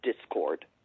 discord